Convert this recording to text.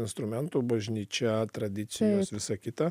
instrumentų bažnyčia tradicijos visa kita